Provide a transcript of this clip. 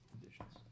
Conditions